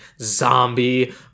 zombie